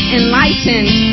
enlightened